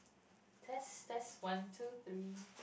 test test one two three